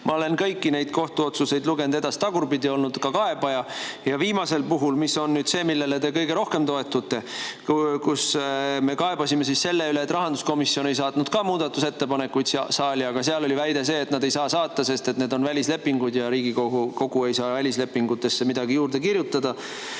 Ma olen kõiki neid kohtuotsuseid lugenud edaspidi ja tagurpidi, olen olnud ka kaebaja. Viimasel puhul, millele te kõige rohkem toetute, me kaebasime selle üle, et rahanduskomisjon ei saatnud muudatusettepanekuid siia saali. Aga seal oli väide, et nad ei saa saata, sest [kõne all] on välislepingud ja Riigikogu ei saa välislepingutesse midagi juurde kirjutada.